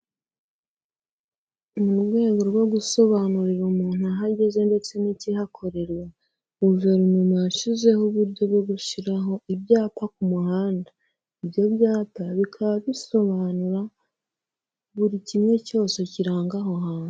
Mu rwego rwo gusobanurira umuntu aho ageze ndetse n'ikihakorerwa, guverinoma yashyizeho uburyo bwo gushyiraho ibyapa ku muhanda, ibyo byapa bikaba bisobanura buri kimwe cyose kiranga aho hantu.